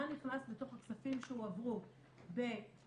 מה נכנס בתוך הכספים שהועברו ב-17',